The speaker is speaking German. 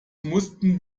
mussten